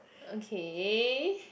okay